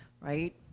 right